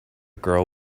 girl